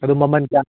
ꯑꯗꯨ ꯃꯃꯜ ꯀꯌꯥ